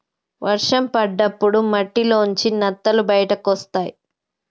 వర్షం పడ్డప్పుడు మట్టిలోంచి నత్తలు బయటకొస్తయ్